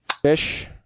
Fish